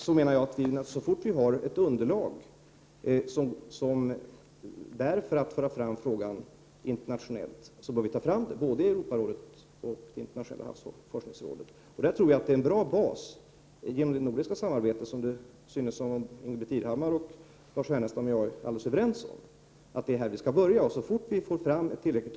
Så fort vi får ett tillräckligt underlag för att föra fram frågan internationellt bör vi ta upp den både i Europarådet och i Internationella havsforskningsrådet. Jag tror att det är i det nordiska sammanhanget som vi skall börja. Och det verkar som om Ingbritt Irhammar, Lars Ernestam och jag är helt överens om detta.